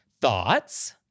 Thoughts